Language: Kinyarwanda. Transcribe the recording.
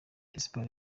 espoir